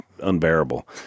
unbearable